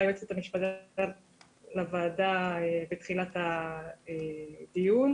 היועצת המשפטית לוועדה בתחילת הדיון,